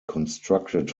constructed